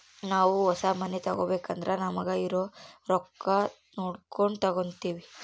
ನಾವು ಹೊಸ ಮನೆ ತಗಬೇಕಂದ್ರ ನಮತಾಕ ಇರೊ ರೊಕ್ಕ ನೋಡಕೊಂಡು ತಗಂತಿವಿ